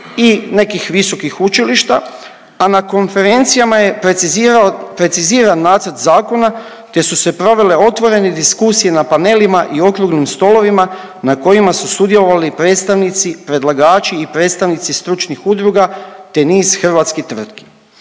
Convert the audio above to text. i nekih visokih učilišta, a na konferencijama je preciziran nacrt zakona te su se provele otvorene diskusije na panelima i okruglim stolovima, na kojima su sudjelovali predstavnici, predlagači i predstavnici stručnih udruga te niz hrvatskih tvrtki.